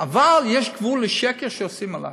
אבל יש גבול לשקר עלי.